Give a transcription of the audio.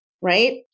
right